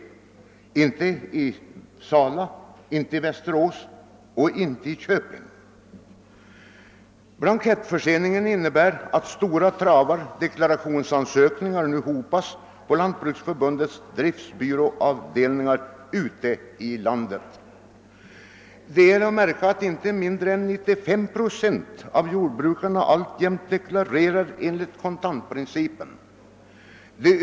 Den finns inte i Sala, den finns inte i Västerås och den finns inte i Köping. Blankettförseningen innebär att stora travar deklarationsansökningar nu hopas på Lantbruksförbundets driftbyråavdelningar ute i landet. Det är att märka att inte mindre än 95 procent av jordbrukarna alltjämt deklarerar enligt kontantprincipen.